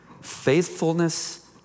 faithfulness